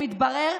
מתברר,